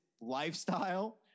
lifestyle